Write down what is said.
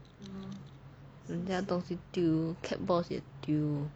人家东西也丢 cat balls 也丢